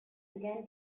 began